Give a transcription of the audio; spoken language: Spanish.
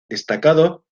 destacado